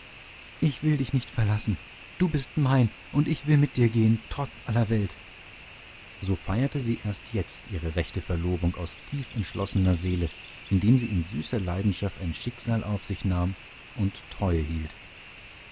ich will dich nicht verlassen du bist mein und ich will mit dir gehen trotz aller welt so feierte sie erst jetzt ihre rechte verlobung aus tief entschlossener seele indem sie in süßer leidenschaft ein schicksal auf sich nahm und treue hielt